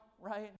right